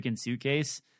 suitcase